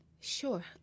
Sure